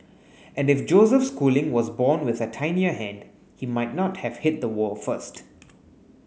and if Joseph Schooling was born with a tinier hand he might not have hit the wall first